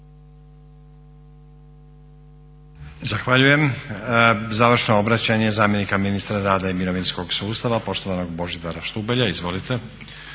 Zahvaljujem. Završno obraćanje zamjenika ministra rada i mirovinskog sustava poštovanog Božidara Štubelja. Izvolite.